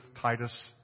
Titus